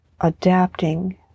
adapting